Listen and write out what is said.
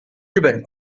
日本